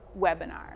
webinar